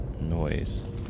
noise